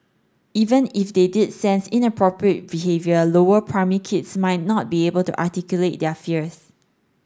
even if they did sense inappropriate behaviour lower primary kids might not be able to articulate their fears